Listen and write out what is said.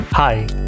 Hi